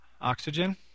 Oxygen